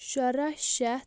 شُراہ شیٚتھ